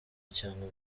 cyangwa